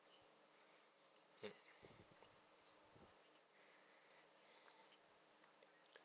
mm